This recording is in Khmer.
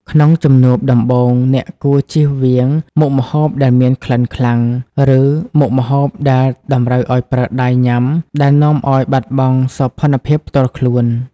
ក្នុងជំនួបដំបូង អ្នកគួរចៀសវាងមុខម្ហូបដែលមានក្លិនខ្លាំង ឬមុខម្ហូបដែលតម្រូវឱ្យប្រើដៃញ៉ាំដែលនាំឱ្យបាត់បង់សោភ័ណភាពផ្ទាល់ខ្លួន។